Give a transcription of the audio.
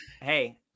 Hey